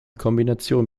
kombination